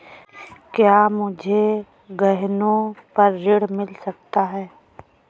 क्या मुझे गहनों पर ऋण मिल सकता है?